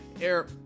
air